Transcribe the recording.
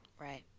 Right